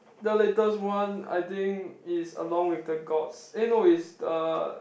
the latest one I think is along-with-the-gods eh no is the